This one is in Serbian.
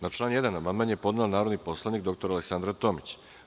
Na član 1. amandman je podnela narodni poslanik dr Aleksandra Tomić.